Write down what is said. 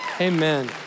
Amen